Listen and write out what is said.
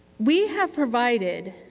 we have provided,